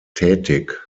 tätig